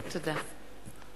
תודה.